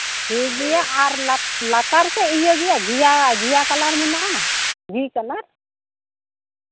ᱴᱷᱤᱠ ᱜᱮᱭᱟ ᱟᱨ ᱞᱟᱛᱟᱨ ᱥᱮᱫ ᱤᱭᱟᱹ ᱜᱮᱭᱟ ᱜᱷᱤᱭᱟ ᱜᱷᱤᱭᱟ ᱠᱟᱞᱟᱨ ᱢᱮᱱᱟᱜᱼᱟ ᱜᱷᱤ ᱠᱟᱞᱟᱨ